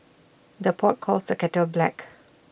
the pot calls the kettle black